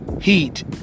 Heat